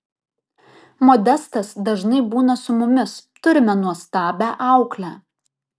modestas dažnai būna su mumis turime nuostabią auklę